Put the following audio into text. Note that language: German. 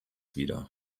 wieder